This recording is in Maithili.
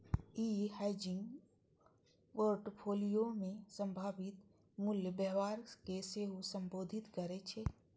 ई हेजिंग फोर्टफोलियो मे संभावित मूल्य व्यवहार कें सेहो संबोधित करै छै